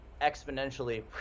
exponentially